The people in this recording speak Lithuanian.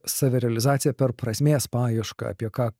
savirealizacija per prasmės paiešką apie ką